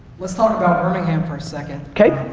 let's talk about birmingham for a second. okay.